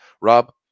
rob